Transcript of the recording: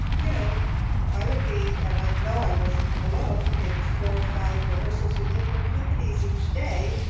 you know i would be, and i know i wasn't alone, in four, five rehearsals with different companies each day,